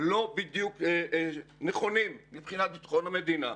לא בדיוק נכונים מבחינת ביטחון המדינה,